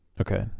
Okay